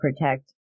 protect